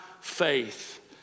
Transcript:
faith